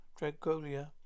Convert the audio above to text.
Dragolia